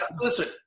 Listen